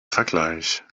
vergleich